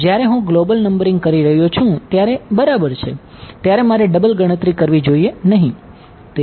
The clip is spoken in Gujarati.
તેથી જ્યારે હું ગ્લોબલ નંબરિંગ કરી રહ્યો છું ત્યારે બરાબર છે ત્યારે મારે ડબલ ગણતરી કરવી જોઈએ નહીં